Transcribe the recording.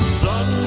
sun